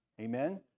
Amen